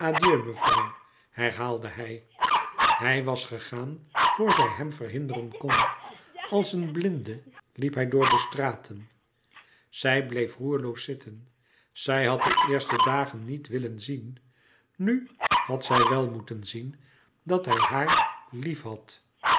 mevrouw herhaalde hij hij was gegaan vor zij hem verhinderen kon als een blinde liep hij door de straten zij bleef roerloos zitten zij had de eerste dagen niet willen zien nu had zij wel meten zien dat hij haar liefhad